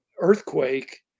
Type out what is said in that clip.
earthquake